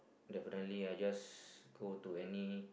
definitely I just go to any